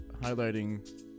highlighting